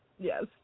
Yes